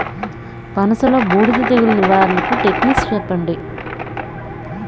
పనస లో బూడిద తెగులు నివారణకు టెక్నిక్స్ చెప్పండి?